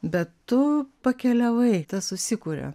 bet tu pakeliavai tas susikuria